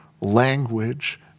language